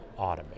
automate